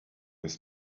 his